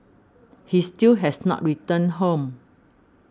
he still has not returned home